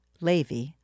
Levi